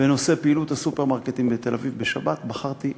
בנושא פעילות הסופרמרקטים בתל-אביב בשבת בחרתי להחליט.